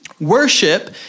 Worship